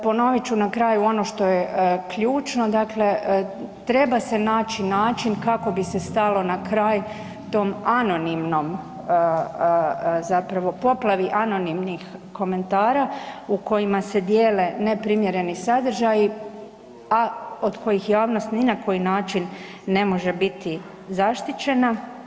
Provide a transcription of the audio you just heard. Ponovit ću na kraju ono što je ključno, dakle treba se naći način kako bi se stalo na kraj tom anonimnom zapravo poplavi anonimnih komentara u kojima se dijele neprimjereni sadržaji, a od kojih javnost ni na koji način ne može biti zaštićena.